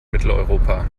mitteleuropa